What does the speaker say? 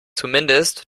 zumindest